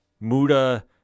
Muda